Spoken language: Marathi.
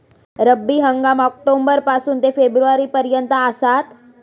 रब्बी हंगाम ऑक्टोबर पासून ते फेब्रुवारी पर्यंत आसात